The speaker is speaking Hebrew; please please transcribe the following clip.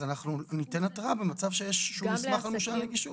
אז ניתן התראה במצב שהוא הוסמך למורשה הנגישות.